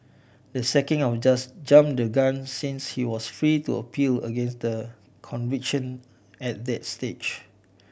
the sacking our just jump the gun since he was free to appeal against the conviction at that stage